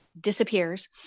disappears